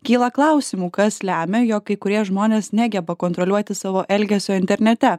kyla klausimų kas lemia jog kai kurie žmonės negeba kontroliuoti savo elgesio internete